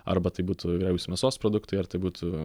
arba tai būtų įvairiausi mėsos produktai ar tai būtų